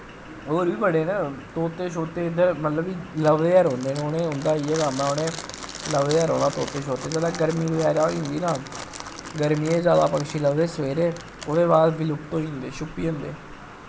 होर वी बड़े न तोते शोत्ते इद्दर मतलव की लब्भदे गै रौंह्दे न उनें उंदा इयै कम्म ऐ उनैं लब्भदे गै रौह्ना तोते शोते जिसलै गर्मी वगैरा होई जंदी ना गर्मियें च जैदा पंक्षी लब्भदे सवेरे ओह्दे बाद विलुप्त होई जंदे शुप्पी जंदे